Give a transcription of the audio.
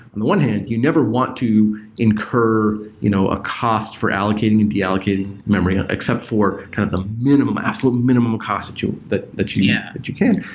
on the one hand you never want to incur you know a cost for allocating and de-allocating memory except for kind of the minimum, absolutely minimum cost that that you yeah and you can.